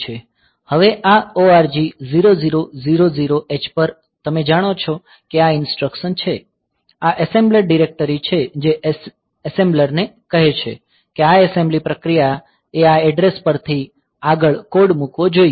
હવે આ org 0000h પર તમે જાણો છો કે આ ઇન્સ્ટ્રક્સન છે આ એસેમ્બલર ડિરેક્ટરી છે જે એસેમ્બલરને કહે છે કે આ એસેમ્બલી પ્રક્રિયાએ આ એડ્રેસપરથી આગળ કોડ મૂકવો જોઈએ